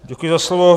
Děkuji za slovo.